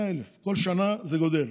100,000. כל שנה זה גדל,